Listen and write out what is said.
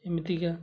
ଏମିତିକା